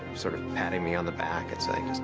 sort of patting me on the back and saying,